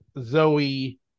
Zoe